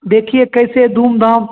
देखिए कैसे धूमधाम